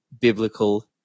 biblical